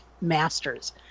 master's